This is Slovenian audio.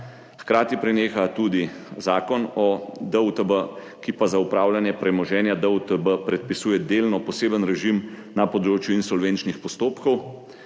Hkrati preneha tudi Zakon o DUTB, ki pa za upravljanje premoženja DUTB predpisuje delno poseben režim na področju insolvenčnih postopkov.